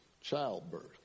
childbirth